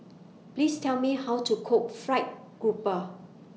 Please Tell Me How to Cook Fried Grouper